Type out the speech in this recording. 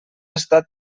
estat